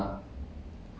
oh